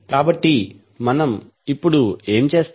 కాబట్టి మనం ఇప్పుడు ఏం చేస్తాం